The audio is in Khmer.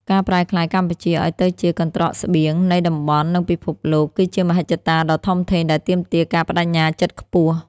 ការប្រែក្លាយកម្ពុជាឱ្យទៅជា "កន្ត្រកស្បៀង" នៃតំបន់ និងពិភពលោក គឺជាមហិច្ឆតាដ៏ធំធេងដែលទាមទារការប្តេជ្ញាចិត្តខ្ពស់។